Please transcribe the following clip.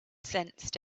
sensed